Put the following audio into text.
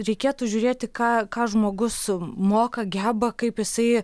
reikėtų žiūrėti ką ką žmogus moka geba kaip jisai